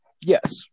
Yes